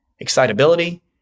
excitability